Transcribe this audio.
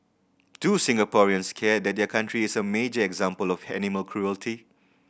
do Singaporeans care that their country is a major example of animal cruelty